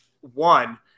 one